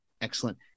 Excellent